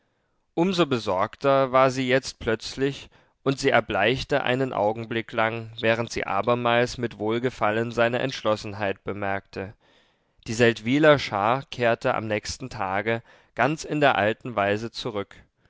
so besorgter war sie jetzt plötzlich und sie erbleichte einen augenblick lang während sie abermals mit wohlgefallen seine entschlossenheit bemerkte die seldwyler schar kehrte am nächsten tage ganz in der alten weise zurück